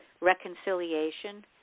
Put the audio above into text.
reconciliation